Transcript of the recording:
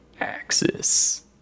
Axis